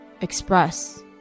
express